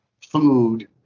food